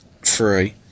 free